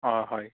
অঁ হয়